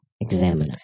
Examiner